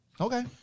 Okay